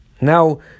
now